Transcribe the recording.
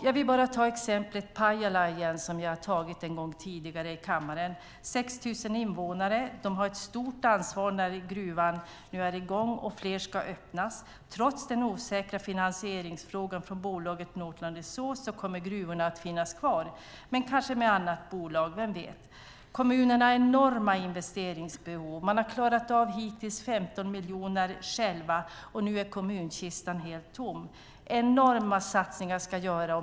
Jag vill bara ta exemplet Pajala igen, som jag har tagit en gång tidigare i kammaren. Pajala har 6 000 invånare. De har ett stort ansvar när gruvan nu är i gång och fler ska öppnas. Trots den osäkra finansieringsfrågan för bolaget Northland Resources kommer gruvorna att finnas kvar, men kanske med annat bolag. Vem vet? Kommunerna har enorma investeringsbehov. De har hittills klarat av 15 miljoner själva, och nu är kommunkistan helt tom. Enorma satsningar ska göras.